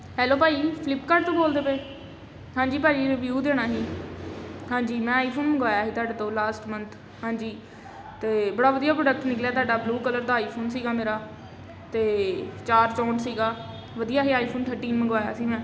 hello ਭਾਈ Flipkart ਤੋਂ ਬੋਲਦੇ ਪਏ ਹਾਂਜੀ ਭਾਅ ਜੀ ਰਿਵਿਊ ਦੇਣਾ ਸੀ ਹਾਂਜੀ ਮੈਂ ਆਈਫੋਨ ਮੰਗਵਾਇਆ ਸੀ ਤੁਹਾਡੇ ਤੋਂ ਲਾਸਟ ਮੰਥ ਹਾਂਜੀ ਅਤੇ ਬੜਾ ਵਧੀਆ ਪ੍ਰੋਡਕਟ ਨਿਕਲਿਆ ਤੁਹਾਡਾ ਬਲੂ ਕਲਰ ਦਾ ਆਈਫੋਨ ਸੀਗਾ ਮੇਰਾ ਅਤੇ ਚਾਰ ਚੌਂਹਠ ਸੀਗਾ ਵਧੀਆ ਸੀ ਆਈਫੋਨ ਥਰਟੀਨ ਮੰਗਵਾਇਆ ਸੀ ਮੈਂ